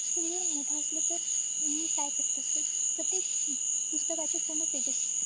पुस्तक जर मोठा असलं तर मी काय करत असते प्रत्येक पुस्तकाचे पूर्ण पेजेस